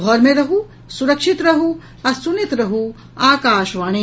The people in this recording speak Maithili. घर मे रहू सुरक्षित रहू आ सुनैत रहू आकाशवाणी